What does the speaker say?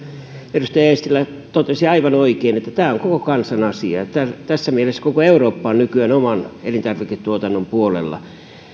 edustaja eestilä totesi aivan oikein että tämä on koko kansan asia tässä mielessä koko eurooppa on nykyään oman elintarviketuotannon puolella